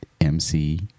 MC